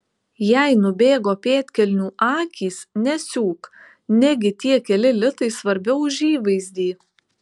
jei nubėgo pėdkelnių akys nesiūk negi tie keli litai svarbiau už įvaizdį